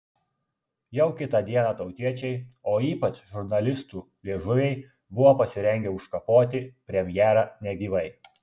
jau kitą dieną tautiečiai o ypač žurnalistų liežuviai buvo pasirengę užkapoti premjerą negyvai